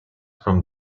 from